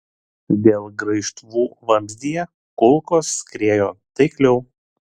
dėl graižtvų vamzdyje kulkos skriejo taikliau